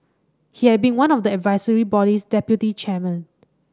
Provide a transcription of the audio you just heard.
he had been one of the advisory body's deputy chairmen